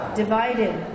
divided